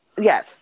Yes